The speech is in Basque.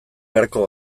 beharko